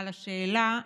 על השאלה.